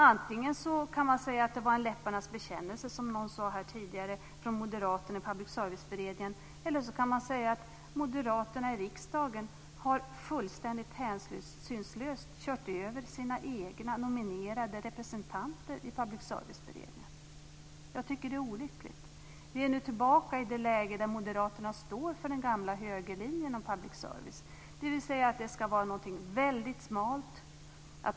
Antingen kan man säga att det var en läpparnas bekännelse, som någon sade här tidigare, från moderaterna i Public service-beredningen eller så kan man säga att moderaterna i riksdagen fullständigt hänsynslöst har kört över sina egna nominerade representanter i Public service-beredningen. Jag tycker att det är olyckligt. Vi är nu tillbaka i det läge där moderaterna står för den gamla högerlinjen i public service-frågan. Det ska vara någonting mycket smalt.